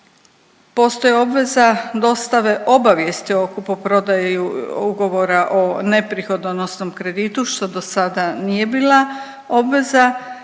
postoji obveza dostave obavijesti o kupoprodaji ugovora o neprihodonosnom kreditu što do sada nije bila obveza